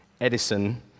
Edison